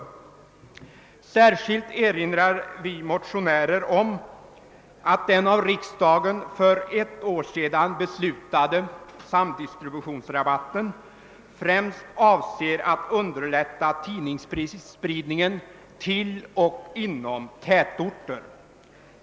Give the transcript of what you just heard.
Särskilt erinrar vi motionärer om att den av riksdagen för ett år sedan beslutade samdistributionsrabatten främst avser att underlätta tidningsspridningen till och inom tätorter.